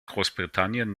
großbritannien